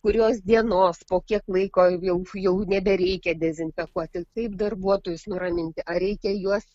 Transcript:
kurios dienos po kiek laiko jau jau nebereikia dezinfekuoti kaip darbuotojus nuraminti ar reikia juos